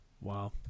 wow